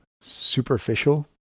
superficial